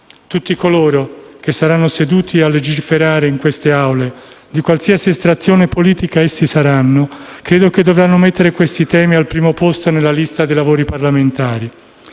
tutti coloro che saranno seduti a legiferare in queste Aule, di qualsiasi estrazione politica essi saranno, dovranno mettere questi temi al primo posto nella lista dei lavori parlamentari.